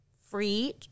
free